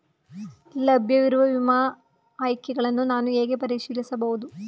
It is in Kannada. ಲಭ್ಯವಿರುವ ವಿಮಾ ಆಯ್ಕೆಗಳನ್ನು ನಾನು ಹೇಗೆ ಪರಿಶೀಲಿಸಬಹುದು?